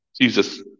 Jesus